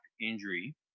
injury –